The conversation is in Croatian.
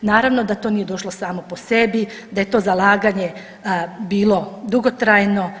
Naravno da to nije došlo samo po sebi, da je to zalaganje bilo dugotrajno.